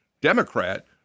Democrat